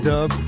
Dub